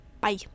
bye